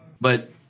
But-